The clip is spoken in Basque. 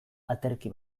aterki